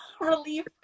relief